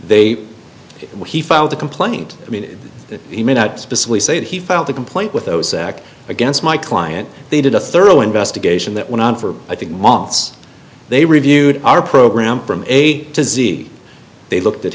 they will he filed a complaint i mean he may not specifically say that he filed a complaint with those acts against my client they did a thorough investigation that went on for i think months they reviewed our program from a to z they looked at